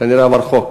כנראה, עבר חוק.